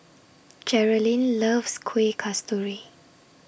Jerilynn loves Kueh Kasturi